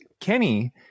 Kenny